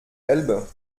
elbe